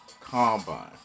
Combine